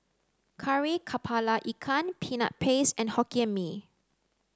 Kari Kepala Ikan Peanut Paste and Hokkien Mee